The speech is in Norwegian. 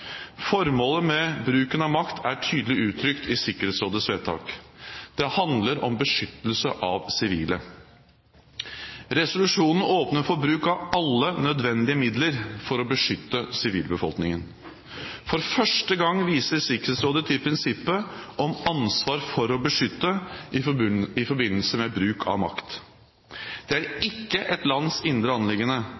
Formålet med bruken av makt er tydelig uttrykt i Sikkerhetsrådets vedtak: Det handler om beskyttelse av sivile. Resolusjonen åpner for bruk av «alle nødvendige midler» for å beskytte sivilbefolkningen. For første gang viser Sikkerhetsrådet til prinsippet om «ansvar for å beskytte» i forbindelse med bruk av makt. Det er